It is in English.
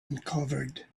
uncovered